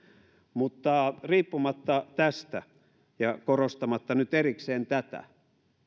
mutta riippumatta tästä ja ja korostamatta nyt erikseen tätä